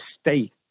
state